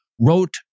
wrote